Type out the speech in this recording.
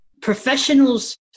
professionals